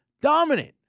dominant